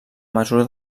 mesura